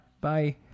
Bye